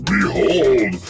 Behold